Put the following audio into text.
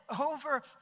over